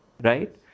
right